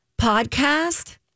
podcast